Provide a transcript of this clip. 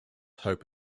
hope